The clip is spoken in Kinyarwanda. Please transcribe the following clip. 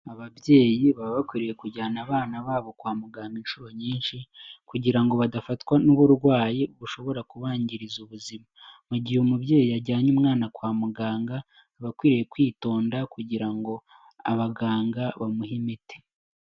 Ababyeyi baba bakwiriye kujyana abana babo kwa muganga inshuro nyinshi, kugira ngo badafatwa n'uburwayi bushobora kubangiriza ubuzima. Mu gihe umubyeyi yajyanye umwana kwa muganga aba akwiriye kwitonda kugira ngo abaganga bamuhe imiti.